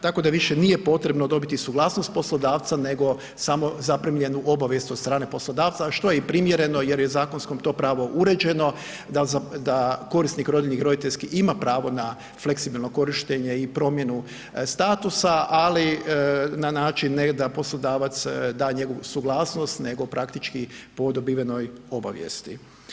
Tako da više nije potrebno dobiti suglasnost poslodavca nego samo zaprimljenu obavijest od strane poslodavca što je i primjereno jer je zakonskom to pravo uređeno da korisnik rodiljnih, roditeljskih ima pravo na fleksibilno korištenje i promjenu statusa, ali na način ne da poslodavac da njegovu suglasnost nego praktički po dobivenoj obavijesti.